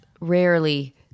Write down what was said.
rarely